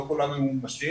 לא כולם ממומשים,